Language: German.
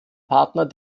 partner